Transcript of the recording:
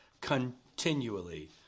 continually